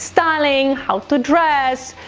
styling, how to dress,